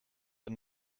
and